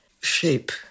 shape